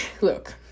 look